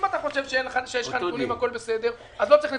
אם אתה חושב שיש לך נתונים והכול בסדר אז לא צריך נתונים.